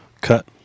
Cut